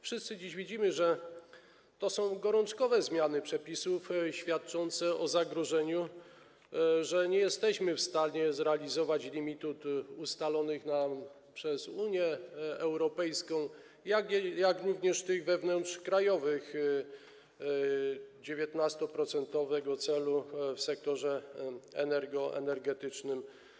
Wszyscy dziś widzimy, że są to gorączkowe zmiany przepisów, świadczące o zagrożeniu, że nie jesteśmy w stanie zrealizować limitów ustalonych nam przez Unię Europejską, jak również tych wewnątrzkrajowych, 19-procentowego celu w sektorze energetycznym.